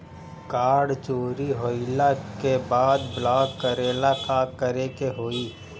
Card चोरी होइला के बाद ब्लॉक करेला का करे के होई?